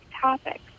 topics